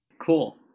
Cool